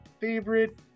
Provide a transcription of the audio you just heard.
favorite